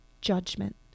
judgment